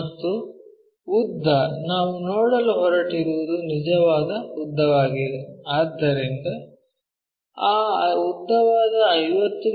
ಮತ್ತು ಉದ್ದ ನಾವು ನೋಡಲು ಹೊರಟಿರುವುದು ನಿಜವಾದ ಉದ್ದವಾಗಿದೆ ಆದ್ದರಿಂದ ಆ ಉದ್ದವಾದ 50 ಮಿ